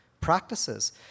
practices